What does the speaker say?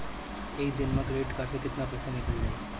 एक दिन मे क्रेडिट कार्ड से कितना पैसा निकल जाई?